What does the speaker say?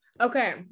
okay